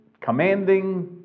commanding